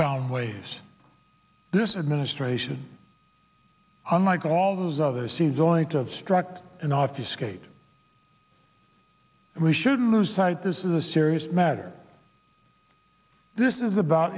found ways this administration unlike all those other scenes only to obstruct in office kate we shouldn't lose sight this is a serious matter this is about